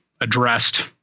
addressed